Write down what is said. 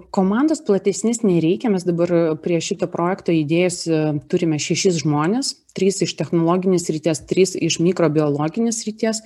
komandos platesnės nereikia mes dabar prie šito projekto idėjos turime šešis žmones trys iš technologinės srities trys iš mikrobiologinės srities